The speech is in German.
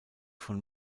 von